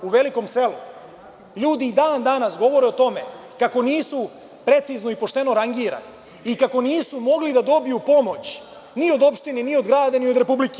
U Velikom selu ljudi i dan danas govore o tome kako nisu precizno i pošteno rangirani i kako nisu mogli da dobiju pomoć ni od opštine, ni od grada, ni od Republike.